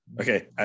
Okay